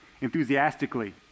enthusiastically